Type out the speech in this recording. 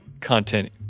content